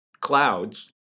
Clouds